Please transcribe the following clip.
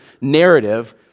narrative